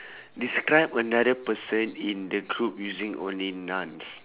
describe another person in the group using only nouns